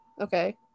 okay